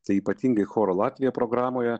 tai ypatingai choro latvija programoje